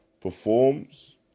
performs